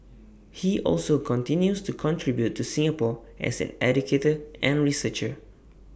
he also continues to contribute to Singapore as an educator and researcher